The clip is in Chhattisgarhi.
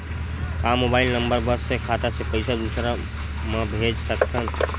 का मोबाइल नंबर बस से खाता से पईसा दूसरा मा भेज सकथन?